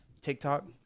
TikTok